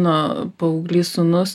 na paauglys sūnus